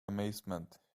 amazement